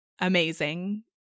amazing